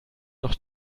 noch